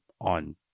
on